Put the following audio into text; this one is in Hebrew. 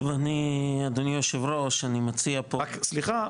אדוני היו"ר אני מציע פה --- סליחה,